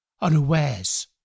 unawares